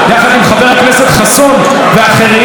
יחד עם חבר הכנסת חסון ואחרים.